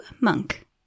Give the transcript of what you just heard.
monk